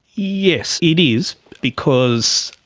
yes, it is because,